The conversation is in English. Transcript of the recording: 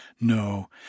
no